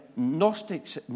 Gnostics